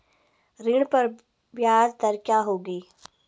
ऋण पर ब्याज दर क्या होगी?